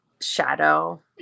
shadow